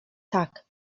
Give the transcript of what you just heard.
tak